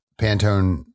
Pantone